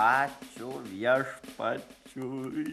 ačiū viešpačiui